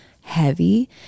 heavy